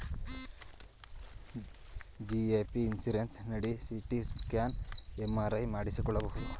GAP insurance ನಡಿ CT scan, MRI ಮಾಡಿಸಿಕೊಳ್ಳಬಹುದು